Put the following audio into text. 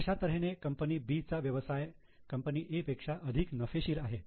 अशा तऱ्हेने कंपनी Bचा व्यवसाय कंपनी A पेक्षा अधिक नफेशीर आहे